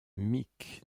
mick